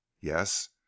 yes